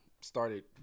started